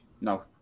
No